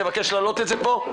שאני אבקש לעלות את זה פה?